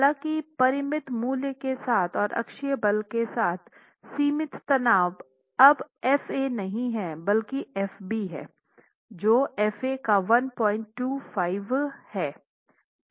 हालांकि परिमित मूल्य के साथ और अक्षीय बल के साथ सीमित तनाव अब Fa नहीं है बल्कि Fb है जो Fa का 125